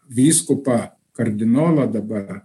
vyskupą kardinolą dabar